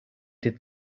did